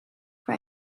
bij